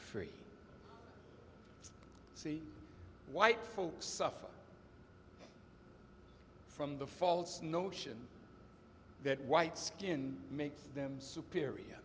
free see white folks suffer from the false notion that white skin makes them superior